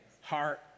heart